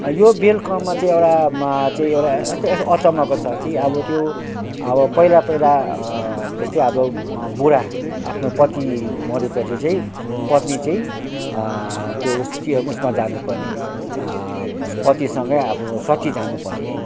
यो बेल कर्म चाहिँ एउटामा चाहिँ एउटा यस्तो अचम्मको छ कि अब त्यो अब पहिला पहिला जस्तै अब बुढा आफ्नो पति मरे पछि चाहिँ पत्नि चाहिँ त्यो उसमा जानु पर्ने पतिसँगै आफू सती जानु पर्नेथ्यो